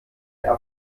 für